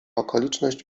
okoliczność